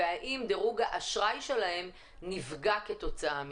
והאם דירוג האשראי שלהם נפגע כתוצאה מזה?